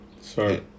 Sorry